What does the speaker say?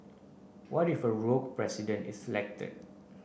what if a rogue President is elected